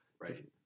Right